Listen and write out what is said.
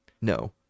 No